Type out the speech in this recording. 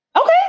Okay